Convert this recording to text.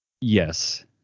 yes